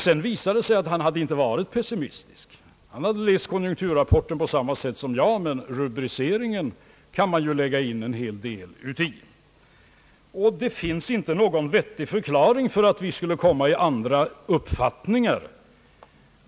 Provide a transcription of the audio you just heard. Det visade sig sedan, att han inte varit pessimistisk — han hade läst konjunkturrapporten på precis samma sätt som jag, men i rubriceringen kan man ju lägga in en hel del. Det finns inte heller någon vettig förklaring till att vi skulle komma fram till olika uppfattningar.